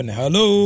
hello